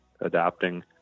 adapting